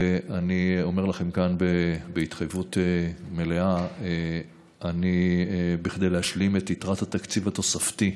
ואני אומר לכם כאן בהתחייבות מלאה שכדי להשלים את יתרת התקציב התוספתי,